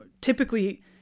typically